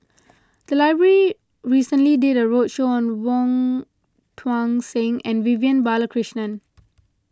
the library recently did a roadshow on Wong Tuang Seng and Vivian Balakrishnan